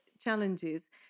challenges